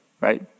right